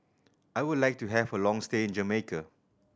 I would like to have a long stay in Jamaica